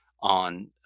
on